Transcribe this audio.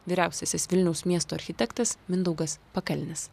vyriausiasis vilniaus miesto architektas mindaugas pakalnis